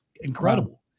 incredible